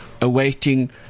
awaiting